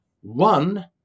One